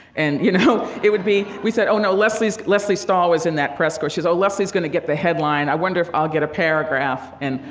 and, you know, it would be we said, oh, no, leslie stahl was in that press corps. she's oh leslie's going to get the headline. i wonder if i'll get a paragraph? and,